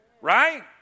Right